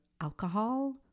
alcohol